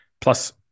plus